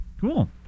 Cool